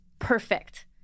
Perfect